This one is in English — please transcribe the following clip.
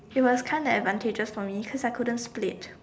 it was kind of advantageous for me cause I couldn't split